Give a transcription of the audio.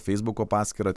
feisbuko paskyrą